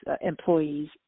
employees